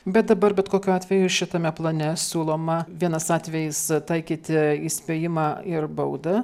bet dabar bet kokiu atveju šitame plane siūloma vienas atvejis taikyti įspėjimą ir baudą